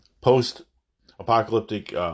post-apocalyptic